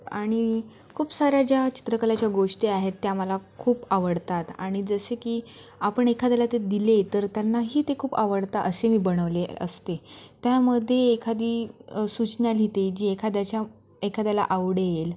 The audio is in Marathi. आणि खूप साऱ्या ज्या चित्रकलाच्या गोष्टी आहेत त्या मला खूप आवडतात आणि जसे की आपण एखाद्याला ते दिले तर त्यांनाही ते खूप आवडतं असे मी बनवले असते त्यामध्ये एखादी सूचना लिहिते जी एखाद्याच्या एखाद्याला आवडेल